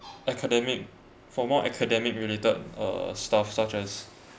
academic for more academic related uh stuff such as